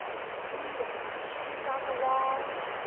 see the pictures on the walls,